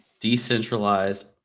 decentralized